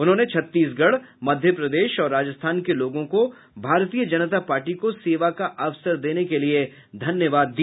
उन्होंने छत्तीसगढ़ मध्यप्रदेश और राजस्थान के लोगों को भारतीय जनता पार्टी को सेवा का अवसर देने के लिए धन्यवाद दिया